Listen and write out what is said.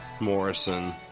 morrison